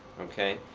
okay?